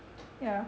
ya